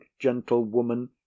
gentlewoman